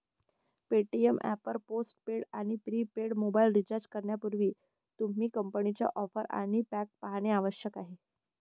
Paytm app वर post paid आणि prepaid mobile recharge करण्यापूर्वी, तुम्ही कंपनीच्या ऑफर आणि पॅक पाहणे आवश्यक आहे